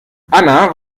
anna